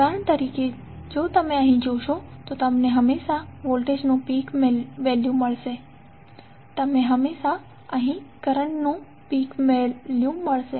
ઉદાહરણ તરીકે જો તમે અહીં જોશો તો તમને હંમેશા વોલ્ટેજનું પીક વેલ્યુ મળશે અને તમને હંમેશા કરંટનું પીક વેલ્યુ મળશે